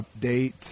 update